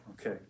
okay